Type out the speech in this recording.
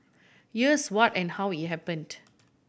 here's what and how it happened